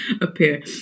appear